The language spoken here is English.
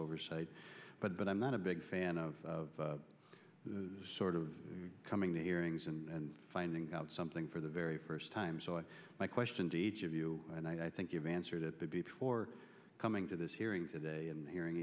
oversight but i'm not a big fan of sort of coming to hearings and finding out something for the very first time so my question to each of you and i think you've answered it before coming to this hearing today and hearing